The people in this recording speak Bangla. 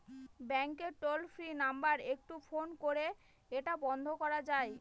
ব্যাংকের টোল ফ্রি নাম্বার একটু ফোন করে এটা বন্ধ করা যায়?